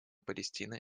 палестина